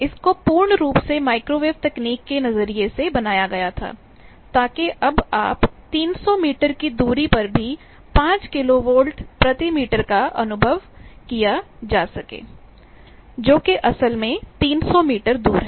इसको पूर्ण रूप से माइक्रोवेव तकनीक के नजरिए से बनाया गया था ताकि अब आप 300 मीटर की दूरी पर भी 5 किलोवोल्ट प्रति मीटर का अनुभव किया जा सके जो कि असल में 300 मीटर दूर है